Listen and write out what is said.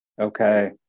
Okay